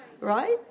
right